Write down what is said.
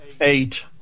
Eight